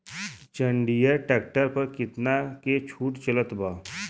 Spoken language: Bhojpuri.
जंडियर ट्रैक्टर पर कितना के छूट चलत बा?